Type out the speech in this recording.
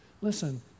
Listen